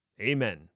Amen